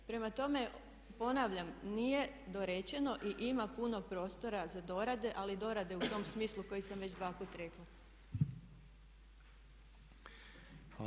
Prema tome, ponavljam nije dorečeno i ima prostora za dorade ali dorade u tom smislu koji sam već dvaput rekla.